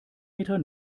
meter